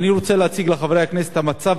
ואני רוצה להציג לחברי הכנסת את המצב